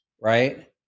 Right